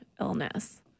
illness